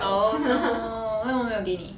oh no 为什么没有给你